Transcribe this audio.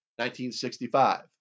1965